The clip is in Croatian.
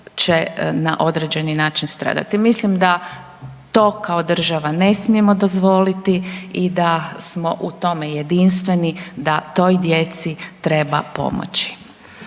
na određeni način stradati. Mislim da to kao država ne smijemo dozvoliti i da smo u tome jedinstveni, da toj djeci treba pomoći.